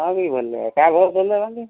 महाग आहे भले काय भाव बोलले वांगे